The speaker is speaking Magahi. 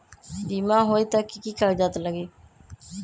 बिमा होई त कि की कागज़ात लगी?